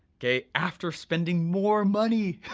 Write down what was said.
okay? after spending more money,